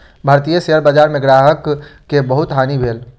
भारतीय शेयर बजार में ग्राहक के बहुत हानि भेल